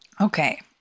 okay